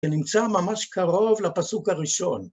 ונמצא ממש קרוב לפסוק הראשון.